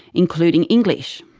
including english.